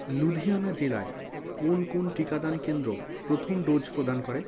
লুধিয়ানা জেলায় কোন কোন টিকাদান কেন্দ্র প্রথম ডোজ প্রদান করে